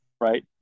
right